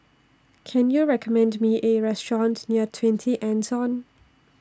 Can YOU recommend Me A Restaurant near twenty Anson